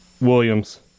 Williams